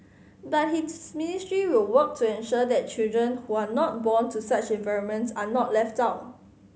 but his ministry will work to ensure that children who are not born to such environments are not left out